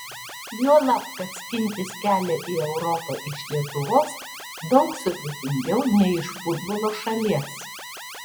juolab kad skintis kelią į europą iš lietuvos daug sudėtingiau nei iš futbolo šalies